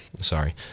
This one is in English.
sorry